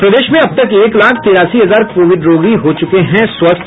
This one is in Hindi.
और प्रदेश में अब तक एक लाख तिरासी हजार कोविड रोगी हो चुके हैं स्वस्थ